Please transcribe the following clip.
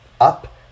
up